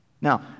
Now